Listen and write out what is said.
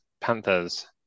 Panthers